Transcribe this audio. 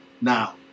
now